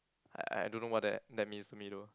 I I don't know what that that means to me though